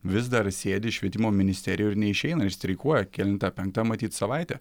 vis dar sėdi švietimo ministerijoj ir neišeina ir streikuoja kelinta penkta matyt savaitė